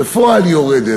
בפועל יורדת.